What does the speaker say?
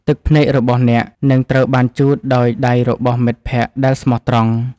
ទឹកភ្នែករបស់អ្នក នឹងត្រូវបានជូតដោយដៃរបស់មិត្តភក្តិដែលស្មោះត្រង់។